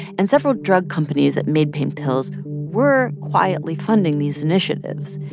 and several drug companies that made pain pills were quietly funding these initiatives.